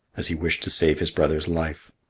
as he wished to save his brother's life.